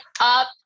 up